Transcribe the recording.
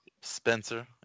Spencer